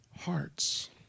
hearts